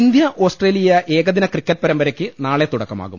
India Australia ഏകദിന cricket പരമ്പരയ്ക്ക് നാളെ തുടക്കമാകും